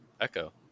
Echo